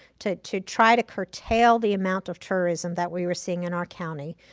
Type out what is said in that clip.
to to try to curtail the amount of tourism that we were seeing in our county.